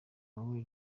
wowe